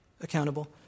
accountable